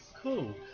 cool